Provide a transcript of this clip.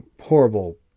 horrible